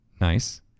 Nice